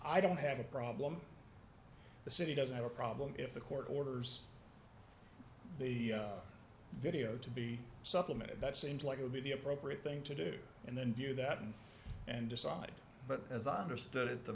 i don't have a problem the city doesn't have a problem if the court orders the video to be supplemented that seems like it would be the appropriate thing to do and then view that and and decide but as i understood it the